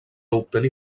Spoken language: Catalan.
obtenir